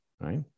right